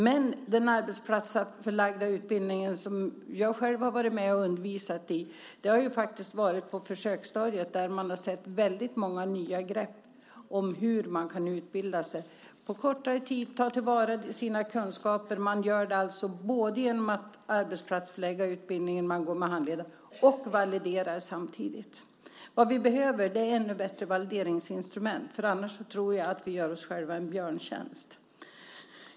Men den arbetsplatsförlagda utbildning som jag själv har varit med och undervisat i har varit på försöksstadiet, och man har sett väldigt många nya grepp när det gäller hur man kan utbilda sig på kortare tid och ta till vara sina kunskaper. Man gör det alltså genom både arbetsplatsförlagd utbildning med handledare och validering. Vad vi behöver är ännu bättre valideringsinstrument. Annars tror jag att vi gör oss själva en björntjänst.